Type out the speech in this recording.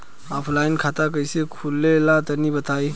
Offline खाता कइसे खुले ला तनि बताई?